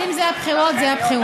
אז אם זה הבחירות, זה הבחירות.